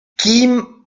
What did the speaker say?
kim